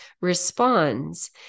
responds